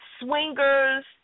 swingers